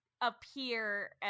Appear